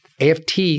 AFT